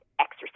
exercise